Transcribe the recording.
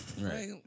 Right